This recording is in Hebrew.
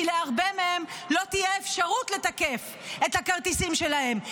כי להרבה מאוד לא תהיה אפשרות לתקף את הכרטיסים שלהם.